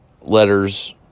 letters